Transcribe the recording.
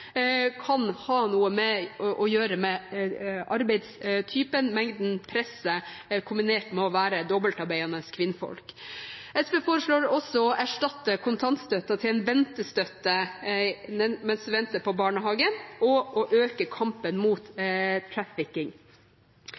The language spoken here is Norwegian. kan ha noe å gjøre med arbeidstypen og mengden press kombinert med å være dobbeltarbeidende kvinne. SV foreslår også å erstatte kontantstøtten med en ventestøtte mens man venter på barnehageplass, og å øke kampen mot